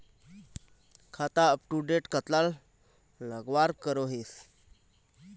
खाता अपटूडेट कतला लगवार करोहीस?